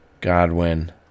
Godwin